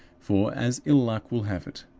for, as ill luck will have it,